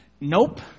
nope